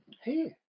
hey